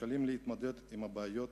שמתקשות להתמודד עם הבעיות